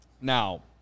Now